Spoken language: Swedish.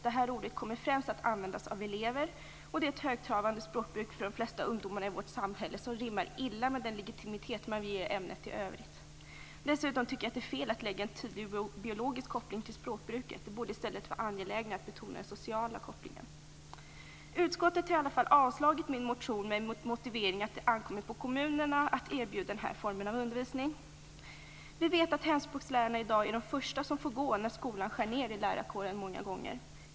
Det här ordet kommer främst att användas av elever, och det är ett högtravande språkbruk för de flesta ungdomar i vårt samhälle som rimmar illa med den legitimitet man vill ge ämnet i övrigt. Dessutom tycker jag att det är fel att lägga en tidig biologisk koppling till språkbruket. Det borde i stället vara angelägnare att betona den sociala kopplingen. Utskottet har avstyrkt motionen med motiveringen att det ankommer på kommunerna att erbjuda den formen av undervisning. Vi vet att hemspråkslärarna i dag ofta är de första som får gå när skolan skär ned i lärarkåren.